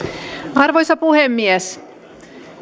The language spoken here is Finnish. arvoisa puhemies